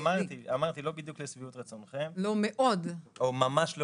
ברשותך, אמרתי, לא בדיוק לשביעות רצונכם.